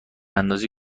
اندازه